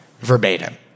Verbatim